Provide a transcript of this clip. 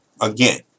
Again